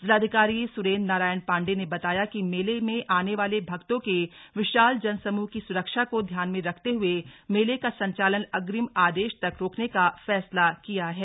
जिलाधिकारी सुरेंद्र नारायण पांडेय ने बताया कि मेले में आने वाले भक्तों के विशाल जनसमूह की सुरक्षा को ध्यान में रखते हुए मेले का संचालन अग्रिम आदेश तक रोकने का फैसला किया है